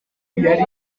yari